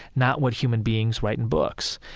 not what human beings write in books.